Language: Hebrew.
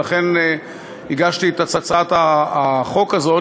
ולכן הגשתי את הצעת החוק הזאת,